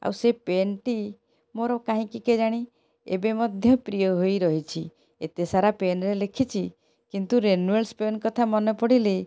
ଆଉ ସେ ପେନ୍ ଟି ମୋର କାହିଁକି କେଜାଣି ଏବେ ମଧ୍ୟ ପ୍ରିୟ ହୋଇରହିଛି ଏତେ ସାରା ପେନ୍ ରେ ଲେଖିଛି କିନ୍ତୁ ରେନୁଏଳସ ପେନ୍ କଥା ମନେ ପଡ଼ିଲେ